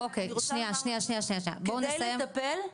כדי לטפל.